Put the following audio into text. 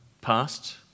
past